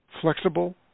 Flexible